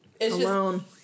Alone